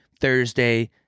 Thursday